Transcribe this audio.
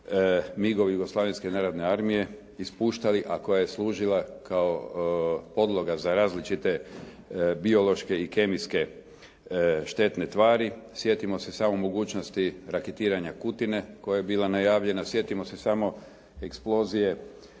migovi Jugoslavenske narodne armije ispuštali, a koja je služila kao podloga za različite biološke i kemijske šetne tvari. Sjetimo se samo mogućnosti raketiranja Kutine koja je bila najavljena. Sjetimo se samo eksplozije